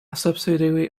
subsidiary